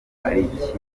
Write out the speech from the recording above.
pariki